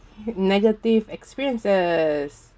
negative experiences